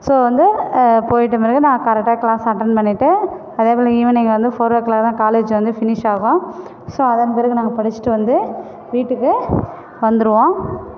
so வந்து போயிட்ட பிறகு நான் கரெக்டாக க்ளாஸ் அட்டென்ட் பண்ணிகிட்டு அதே போல் ஈவினிங் வந்து ஃபோர் ஓ க்ளாகில் தான் காலேஜ் வந்து ஃபினிஷ் ஆகும் ஸோ அதன் பிறகு நாங்கள் படிச்சுட்டு வந்து வீட்டுக்கு வந்துருவோம்